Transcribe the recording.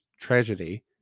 tragedy